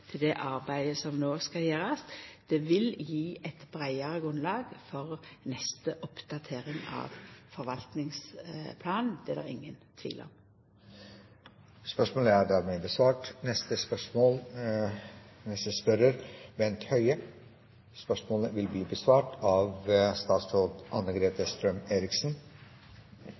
det arbeidet som no skal gjerast. Det vil gje eit breiare grunnlag for neste oppdatering av forvaltingsplanen. Det er det ingen tvil om. Vi går da tilbake til spørsmål